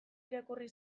irakurri